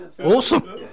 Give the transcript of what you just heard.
awesome